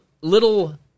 little